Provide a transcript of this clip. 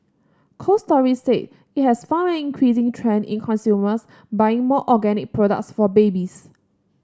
Cold Storage said it has found an increasing trend in consumers buying more organic products for babies